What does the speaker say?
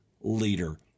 leader